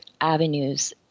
avenues